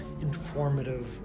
informative